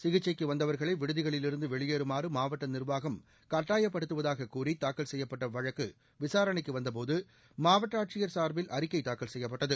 சிகிச்சைக்கு வந்தவா்களை விடுதிகளில் இருந்து வெளியேறுமாறு மாவட்ட நிர்வாகம் கட்டாயப்படுத்துவதாக கூறி தாக்கல் செய்யப்பட்ட வழக்கு விசாரணைக்கு வந்த போது மாவட்ட ஆட்சியர் சார்பில் அறிக்கை தாக்கல் செய்யப்பட்டது